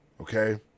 Okay